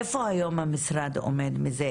איפה היום המשרד עומד בזה,